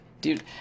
Dude